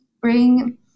bring